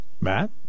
Matt